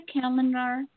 calendar